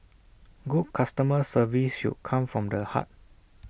good customer service should come from the heart